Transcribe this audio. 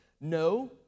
no